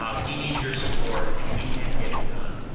um we need your support. and we can get it done.